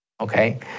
Okay